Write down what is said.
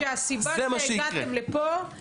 אני מבטיחה לך שהסיבה שהגעתם לפה זה